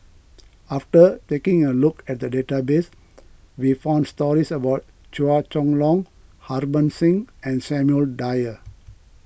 after taking a look at the database we found stories about Chua Chong Long Harbans Singh and Samuel Dyer